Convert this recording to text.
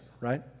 right